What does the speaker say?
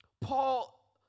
Paul